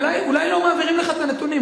אולי לא מעבירים לך את הנתונים.